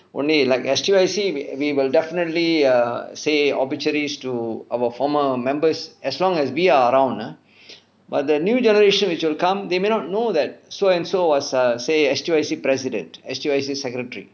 only like S_U_I_C we will definitely err say orbituaries to our former members as long as we are around ah but the new generation which willl come they may not know that so and so was err say S_U_I_C president S_U_I_C secretary